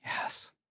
Yes